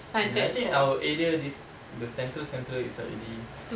ya I think our area this the central central is like already